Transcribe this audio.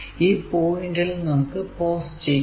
ഈ പോയിന്റിൽ നമുക്ക് പോസ് ചെയ്യാം